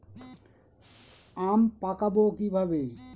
আম পাকাবো কিভাবে?